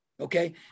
Okay